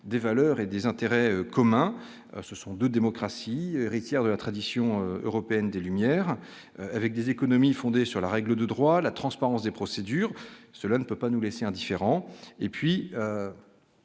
des valeurs et des intérêts communs, ce sont 2, démocratie, héritière de la tradition européenne des lumières avec des économies fondées sur la règle de droit à la transparence des procédures, cela ne peut pas nous laisser indifférents,